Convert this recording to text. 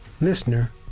listener